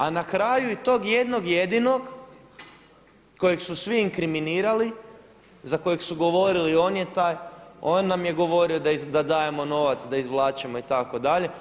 A na kraju i tog jednog jedinog kojeg su svi inkriminirali, za kojeg su govorili on je taj, on nam je govorio da dajemo novac, da izvlačimo itd.